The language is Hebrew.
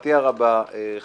לשמחתי הרבה, חברי,